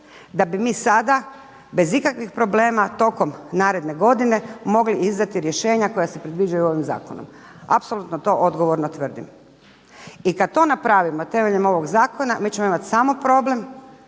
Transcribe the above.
da bi mi sada bez ikakvih problema tokom naredne godine mogli izdati rješenja koja se predviđaju ovim zakonom. Apsolutno to odgovorno tvrdim. I kad to napravimo temeljem ovog zakona, mi ćemo imati samo problem,